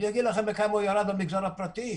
אני אגיד לכם בכמה הוא ירד במגזר הפרטי.